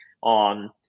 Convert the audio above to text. on